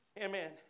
Amen